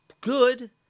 good